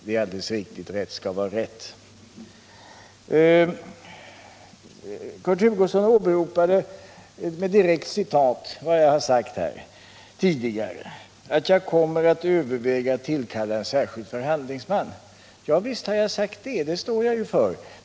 Det är riktigt, rätt skall vara rätt. Kurt Hugosson åberopade med direkt citat vad jag har sagt här tidigare, nämligen att jag kommer att överväga att tillkalla en särskild förhandlingsman. Ja, visst har jag sagt det, och det står jag för.